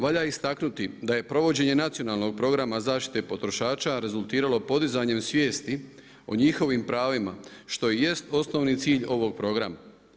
Valja istaknuti da je provođenje Nacionalnog programa zaštite potrošača rezultiralo podizanjem svijesti o njihovim pravima što i jest odnosni cilj ovog programa.